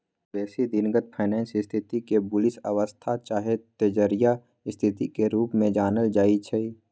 बेशी दिनगत फाइनेंस स्थिति के बुलिश अवस्था चाहे तेजड़िया स्थिति के रूप में जानल जाइ छइ